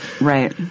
Right